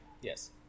Yes